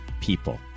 people